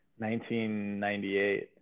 1998